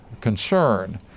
concern